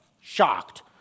shocked